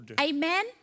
Amen